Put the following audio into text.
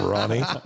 Ronnie